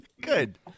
Good